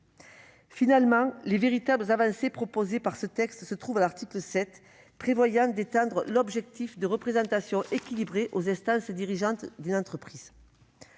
Finalement, les véritables avancées proposées à ce texte se trouvent à l'article 7, qui prévoit d'étendre l'objectif de représentation équilibrée aux instances dirigeantes d'une entreprise.